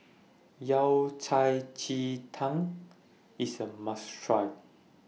Yao Cai Ji Tang IS A must Try